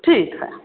ठीक है